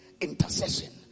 intercession